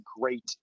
great